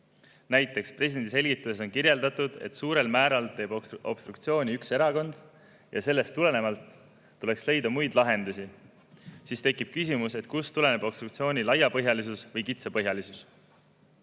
Näiteks, presidendi selgituses on kirjeldatud, et suurel määral teeb obstruktsiooni üks erakond ja sellest tulenevalt tuleks leida muid lahendusi. Siis tekib küsimus, kust tuleneb obstruktsiooni laiapõhjalisus või kitsapõhjalisus.